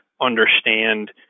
understand